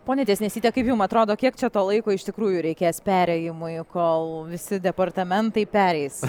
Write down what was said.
ponia tiesnesyte kaip jum atrodo kiek čia to laiko iš tikrųjų reikės perėjimui kol visi departamentai pereis